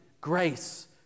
grace